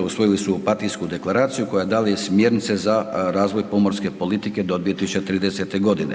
usvojili su Opatijsku deklaraciju koja daje smjernice za razvoj pomorske politike do 2030.g.